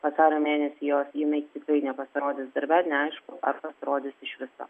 vasario mėnesį jos jinai tikrai nepasirodys darbe neaišku ar pasirodys iš viso